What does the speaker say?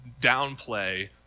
downplay